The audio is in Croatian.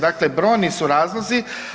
Dakle, brojni su razlozi.